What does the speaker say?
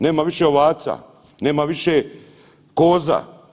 Nema više ovaca, nema više koza.